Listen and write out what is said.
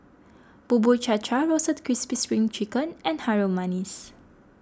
Bubur Cha Cha Roasted Crispy Spring Chicken and Harum Manis